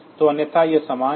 तो अन्यथा यह समान है